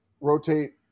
rotate